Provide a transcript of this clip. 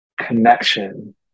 connection